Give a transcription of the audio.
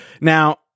Now